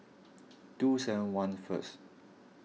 two seven one first